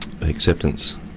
acceptance